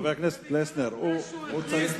זה בגלל העובדה שהוא הכריז,